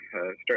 start